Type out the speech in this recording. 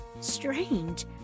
strange